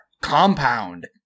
compound